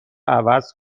عوض